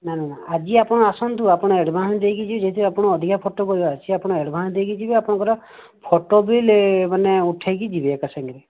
ନାଁ ଆଜି ଆପଣ ଆସନ୍ତୁ ଆଡଭାନ୍ସ ଦେଇକିଦେଇଯିବେ ଯଦି ଅଧିକ ଫୋଟୋ କରିବାର ଅଛି ଆପଣ ଆଡଭାନ୍ସ ଦେଇକିଯିବେ ଆପଣଙ୍କର ଫୋଟୋ ବି ମାନେ ଉଠେଇକି ଯିବେ ଏକାସାଙ୍ଗରେ